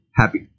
happy